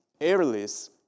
airless